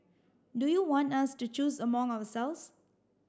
do you want us to choose among ourselves